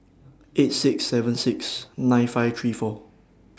eight six seven six nine five three four